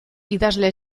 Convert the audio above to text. idazle